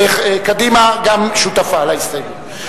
קדימה שותפה להסתייגות.